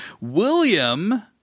William